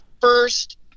first